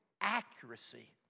accuracy